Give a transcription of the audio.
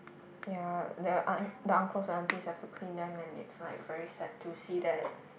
ya the un~ the uncles and aunties have to clean them it's like very sad to see that